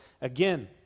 again